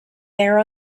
there